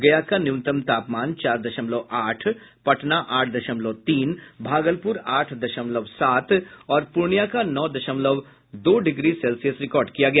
गया का न्यूनतम तापमान चार दशमलव आठ पटना आठ दशमलव तीन भागलपूर आठ दशमलव सात और पूर्णिया का नौ दशमलव दो डिग्री सेल्सियस रिकार्ड किया गया